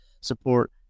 support